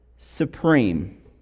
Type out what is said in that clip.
supreme